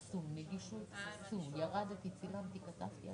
בסיכום בין שר האוצר ושר התחבורה הקודם וזה צריך להיות